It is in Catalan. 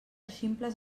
ximples